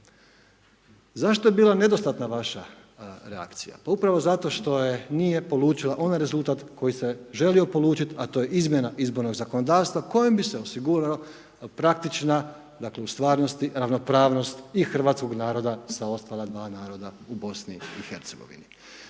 Zašto je bila nedostatna vaša reakcija? Pa upravo zato što nije polučila onaj rezultat koji se žalio polučit a to je izmjena izbornog zakonodavstva kojim bi se osigurao praktična, dakle u stvarnosti ravnopravnost i hrvatskog naroda sa ostala dva naroda u BiH. Lijepo